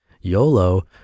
YOLO